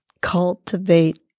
cultivate